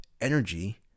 energy